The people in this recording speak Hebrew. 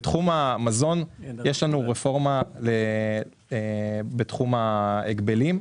בנושא המזון יש רפורמה בתחום ההגבלים.